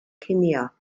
cinio